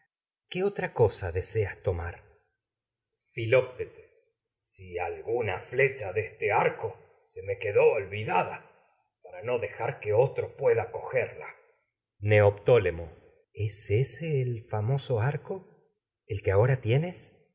qué otra cosa deseas tomar filoctetes si alguna no flecha de este otro arco se me quedó gerla olvidada para dejar que pueda co neoptólemo es ese el famoso arco el que ahora tienes